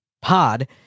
pod